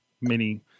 mini –